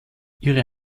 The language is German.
ihre